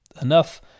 enough